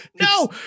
no